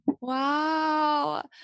Wow